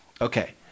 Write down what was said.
Okay